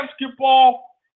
basketball